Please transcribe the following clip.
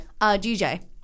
DJ